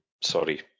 sorry